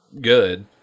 good